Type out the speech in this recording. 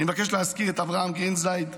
אני מבקש להזכיר את אברהם גרינזייד,